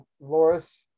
Loris